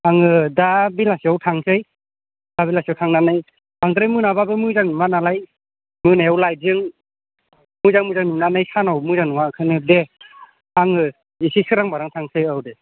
आङो दा बेलासियाव थांनोसै दा बेलासियाव थांनानै बांद्राय मोनाबाबो मोजां नुवा नालाय मोनायाव लाइटजों मोजां मोजां नुनानै सानाव मोजां नुवा होनो दे आङो इसे सोरां बारां थांनोसै औ दे